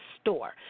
store